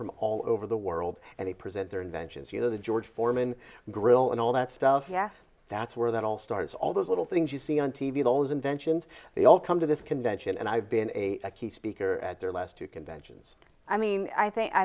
from all over the world and they present their inventions you know the george foreman grill and all that stuff yeah that's where that all starts all those little things you see on t v those inventions they all come to this convention and i've been a key speaker at their last two conventions i mean i think i